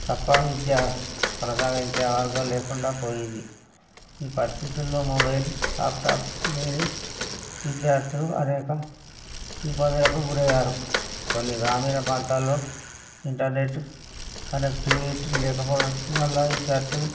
తప్ప విద్యా కొనసాగించే మార్గం లేకుండా పోయింది ఈ పరిస్థితుల్లో మొబైల్ ల్యాప్టాప్ లేని విద్యార్థులు అనేక ఇబ్బందులకు గురయ్యారు కొన్ని గ్రామీణ ప్రాంతాల్లో ఇంటర్నెట్ కనెక్టివిటీ లేకపోవడం వల్ల విద్యార్థులు